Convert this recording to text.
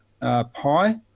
Pi